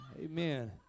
Amen